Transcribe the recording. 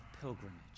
pilgrimage